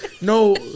No